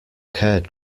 cared